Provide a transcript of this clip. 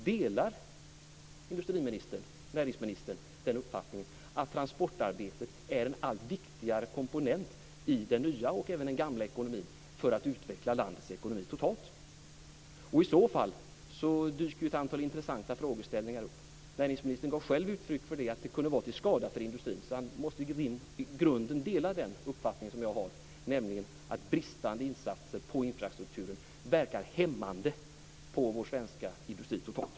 Delar näringsministern uppfattningen att transportarbete är en allt viktigare komponent i den nya och även den gamla ekonomin för att utveckla landets ekonomi totalt? I så fall dyker ett antal intressanta frågeställningar upp. Näringsministern gav själv uttryck för att detta kunde vara till skada för industrin, så han måste i grunden dela den uppfattning som jag har, nämligen att bristande insatser för infrastrukturen verkar hämmande på vår svenska industri totalt.